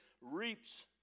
reaps